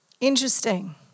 Interesting